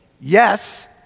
Yes